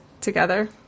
together